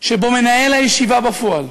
שבו מנהל הישיבה בפועל,